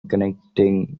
connecting